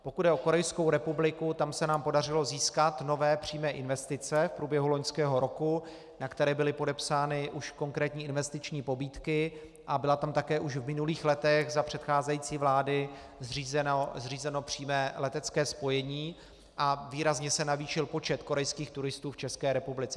Pokud jde o Korejskou republiku, tam se nám podařilo získat nové přímé investice v průběhu loňského roku, na které byly podepsány už konkrétní investiční pobídky, a bylo tam také už v minulých letech za předcházející vlády zřízeno přímé letecké spojení a výrazně se navýšil počet korejských turistů v České republice.